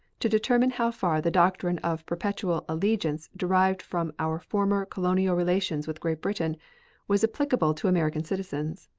to determine how far the doctrine of perpetual allegiance derived from our former colonial relations with great britain was applicable to american citizens.